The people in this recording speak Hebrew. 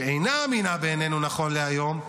שאינה אמינה בעינינו נכון להיום,